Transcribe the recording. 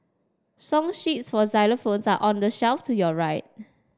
song sheets for xylophones are on the shelf to your right